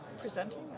presenting